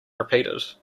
repeated